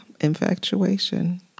infatuation